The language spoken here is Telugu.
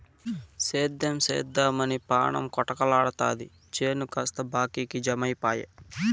సేద్దెం సేద్దెమని పాణం కొటకలాడతాది చేను కాస్త బాకీకి జమైపాయె